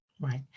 Right